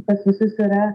pas visus yra